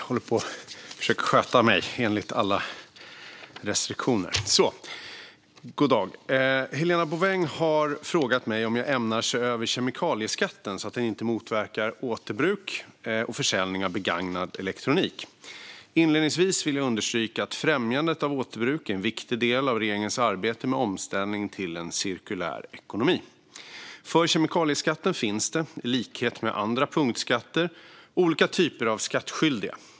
Herr talman! Helena Bouveng har frågat mig om jag ämnar se över kemikalieskatten så att den inte motverkar återbruk och försäljning av begagnad elektronik. Inledningsvis vill jag understryka att främjandet av återbruk är en viktig del av regeringens arbete med omställningen till en cirkulär ekonomi. För kemikalieskatten finns det, i likhet med andra punktskatter, olika typer av skattskyldiga.